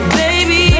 baby